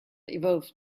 evolved